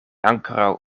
ankoraŭ